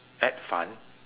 add fun